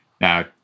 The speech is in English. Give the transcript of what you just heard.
Now